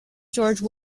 george